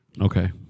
Okay